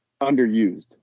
underused